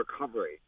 recovery